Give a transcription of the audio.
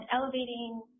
elevating